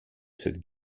cette